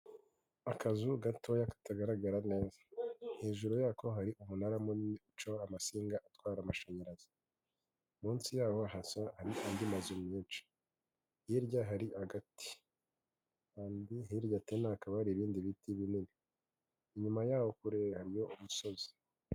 Akazu gatoya katagaragara neza. Hejuru y'ako hari umunara munini ucaho amasinga atwara amashanyarazi. Munsi yaho hasa andi mazu menshi. Hirya hari agati. Kandi hirya tena hakaba hari ibindi biti binini. Inyuma yaho kure hariyo umusozi.